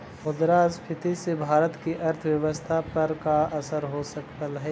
मुद्रास्फीति से भारत की अर्थव्यवस्था पर का असर हो सकलई हे